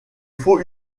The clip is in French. faut